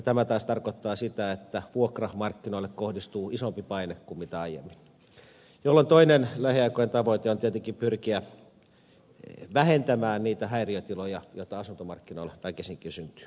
tämä taas tarkoittaa sitä että vuokramarkkinoille kohdistuu isompi paine kuin aiemmin jolloin toinen lähiaikojen tavoite on tietenkin pyrkiä vähentämään niitä häiriötiloja joita asuntomarkkinoilla väkisinkin syntyy